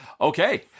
Okay